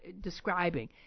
describing